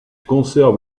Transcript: conservent